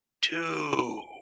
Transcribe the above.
two